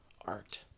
art